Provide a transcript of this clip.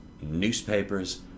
newspapers